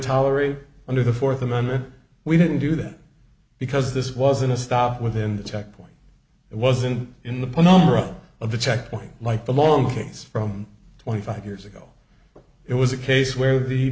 tolerate under the fourth amendment we didn't do that because this wasn't a stop within the checkpoint it wasn't in the paula of the checkpoint like the moments from twenty five years ago it was a case where the